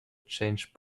change